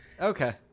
Okay